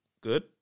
good